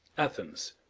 athens.